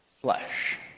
flesh